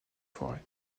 forêts